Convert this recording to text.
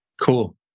Cool